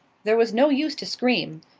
there was no use to scream,